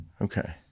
Okay